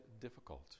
difficult